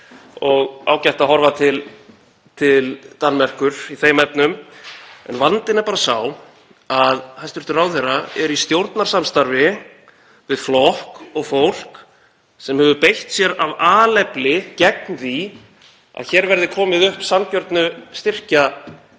er ágætt að horfa til Danmerkur í þeim efnum. En vandinn er bara sá að hæstv. ráðherra er í stjórnarsamstarfi við flokk og fólk sem hefur beitt sér af alefli gegn því að hér verði komið upp sanngjörnu styrkjakerfi